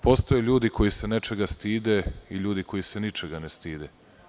Postoje ljudi koji se nečega stide i ljudi koji se ničega ne stide.